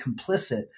complicit